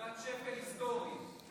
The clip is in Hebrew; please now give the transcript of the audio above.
נקודת שפל היסטורית.